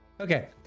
okay